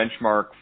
benchmark